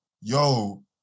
yo